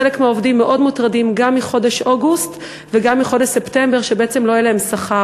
חלק מהעובדים מאוד מוטרדים מכך שבעצם לא יהיה להם שכר